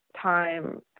time